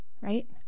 Right